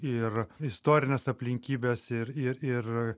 ir istorines aplinkybes ir ir ir